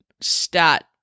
stat